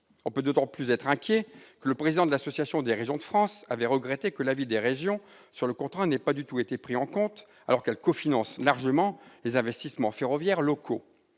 On peut d'autant plus être inquiet que le président de l'association Régions de France avait regretté que l'avis des régions sur le contrat n'ait pas du tout été pris en compte, alors qu'elles cofinancent largement les investissements ferroviaires locaux.